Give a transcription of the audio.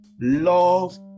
Love